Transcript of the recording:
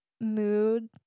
mood